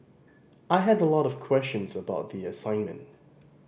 I had a lot of questions about the assignment